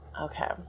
Okay